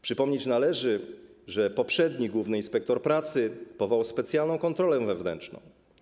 Przypomnieć należy, że poprzedni główny inspektor pracy powołał specjalną kontrolę wewnętrzną.